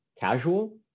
casual